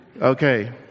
Okay